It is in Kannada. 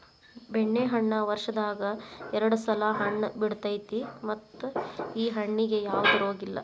ಬೆಣ್ಣೆಹಣ್ಣ ವರ್ಷದಾಗ ಎರ್ಡ್ ಸಲಾ ಹಣ್ಣ ಬಿಡತೈತಿ ಮತ್ತ ಈ ಹಣ್ಣಿಗೆ ಯಾವ್ದ ರೋಗಿಲ್ಲ